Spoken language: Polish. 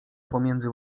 pomiędzy